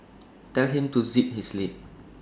tell him to zip his lip